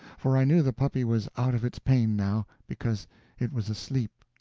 for i knew the puppy was out of its pain now, because it was asleep.